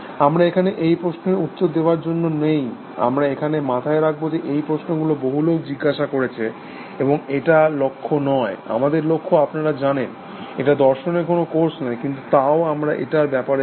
আমরা এখানে এই প্রশ্নের উত্তর দেওয়ার জন্য নেই আমরা এখানে মাথায় রাখব যে এই প্রশ্নগুলো বহু লোক জিজ্ঞাসা করেছে এবং এটা লক্ষ্য নয় আমাদের লক্ষ্য আপনারা জানেন এটা দর্শনের কোনো কোর্স নয় কিন্তু তাও আমরা এটার ব্যাপারে জানি